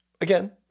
Again